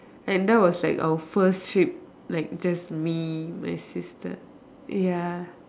and that was like our first trip like just me my sister ya